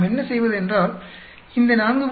நாம் என்ன செய்வதென்றால் இந்த 4